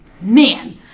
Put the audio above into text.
Man